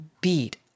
beat